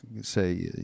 say